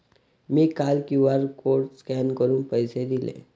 मी काल QR code scan करून पैसे दिले